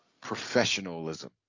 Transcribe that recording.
professionalism